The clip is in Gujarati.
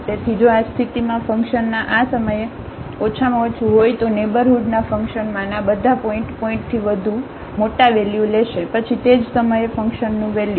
તેથી જો આ સ્થિતિમાં ફંક્શનમાં આ સમયે ઓછામાં ઓછું હોય તો નેઇબરહુડના ફંકશનમાંના બધા પોઇન્ટ પોઇન્ટથી વધુ મોટા વેલ્યુ લેશે પછી તે જ સમયે ફંકશનનું વેલ્યુ